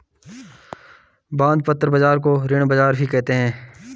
बंधपत्र बाज़ार को ऋण बाज़ार भी कहते हैं